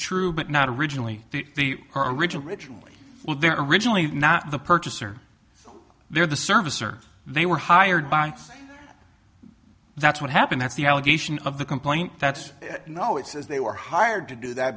true but not originally the original originally well they're originally not the purchaser so they're the service or they were hired banks that's what happened that's the allegation of the complaint that's you know it says they were hired to do that